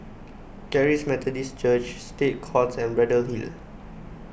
Charis Methodist Church State Courts and Braddell Hill